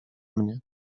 mnie